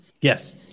Yes